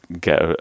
get